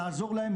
לעזור להם,